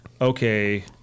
okay